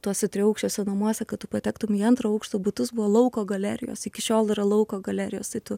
tuose triaukščiuose namuose kad tu patektum į antro aukšto butus buvo lauko galerijos iki šiol yra lauko galerijos tai tu